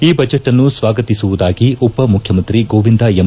ಈ ಬಜೆಟ್ನ್ನು ಸ್ವಾಗತಿಸುವುದಾಗಿ ಉಪ ಮುಖ್ಯಮಂತ್ರಿ ಗೋವಿಂದ ಎಂ